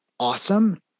awesome